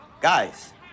Guys